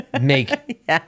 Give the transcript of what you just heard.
make